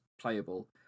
playable